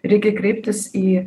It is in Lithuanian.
reikia kreiptis į